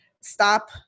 stop